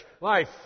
life